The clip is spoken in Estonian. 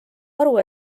aru